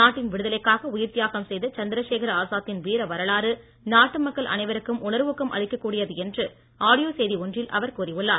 நாட்டின் விடுதலைக்காக உயிர் தியாகம் செய்த சந்திரசேகர ஆசாத் தின் வீர வரலாறு நாட்டு மக்கள் அனைவருக்கும் உணர்வூக்கம் அளிக்கக் கூடியது என்று ஆடியோ செய்தி ஒன்றில் அவர் கூறியுள்ளார்